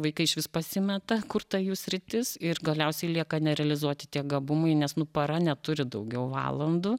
vaikai išvis pasimeta kur ta jų sritis ir galiausiai lieka nerealizuoti tie gabumai nes nu para neturi daugiau valandų